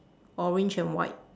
orange and white